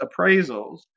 appraisals